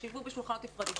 שישבו בשולחנות נפרדים.